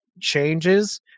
changes